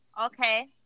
Okay